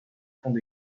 ponts